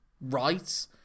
right